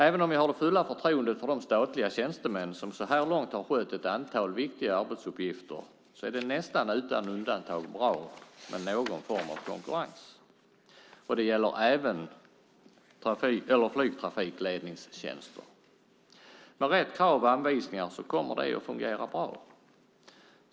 Även om jag har det fulla förtroendet för de statliga tjänstemän som så här långt har skött ett antal viktiga arbetsuppgifter är det nästan utan undantag bra med någon form av konkurrens. Det gäller även flygtrafikledningstjänster. Med rätt krav och anvisningar kommer det att fungera bra.